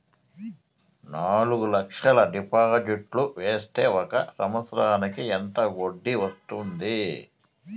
నాలుగు లక్షల డిపాజిట్లు సేస్తే ఒక సంవత్సరానికి ఎంత వడ్డీ వస్తుంది?